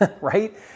right